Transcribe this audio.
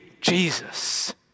Jesus